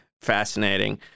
fascinating